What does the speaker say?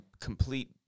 complete